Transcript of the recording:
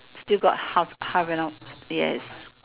still got half half an hour yes